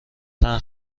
چند